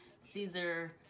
Caesar